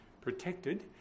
protected